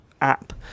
app